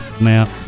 Now